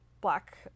black